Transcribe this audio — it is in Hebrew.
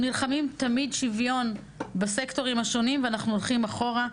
אנחנו נלחמים תמיד שוויון בסקטורים השונים ואנחנו הולכים אחורה,